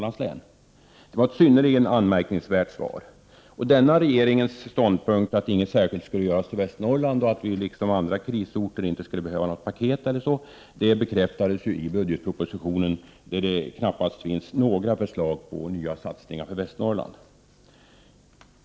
Det var ett synnerligen anmärkningsvärt svar, och denna regeringens ståndpunkt att ingenting särskilt skulle göras, att vi inte, liksom andra krisorter, skulle behöva ett särskilt paket eller så, bekräftades i budgetpropositionen där det knappast finns några nya förslag till satsningar i Västernorrland.